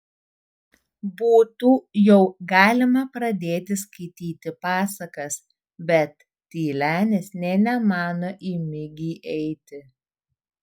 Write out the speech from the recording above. būtų jau galima pradėti skaityti pasakas bet tylenis nė nemano į migį eiti